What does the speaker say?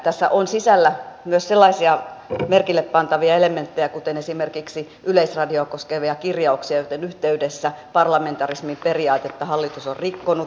tässä on sisällä myös sellaisia merkillepantavia elementtejä kuten esimerkiksi yleisradiota koskevia kirjauksia joiden yhteydessä parlamentarismin periaatetta hallitus on rikkonut